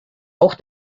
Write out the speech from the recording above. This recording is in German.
auch